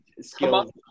skills